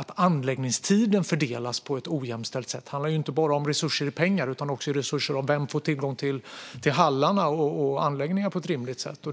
att anläggningstiderna inte fördelas på ett ojämställt sätt. Det handlar inte bara om resurser i pengar utan också resurser när det gäller vilka som får tillgång till hallar och anläggningar på ett rimligt sätt.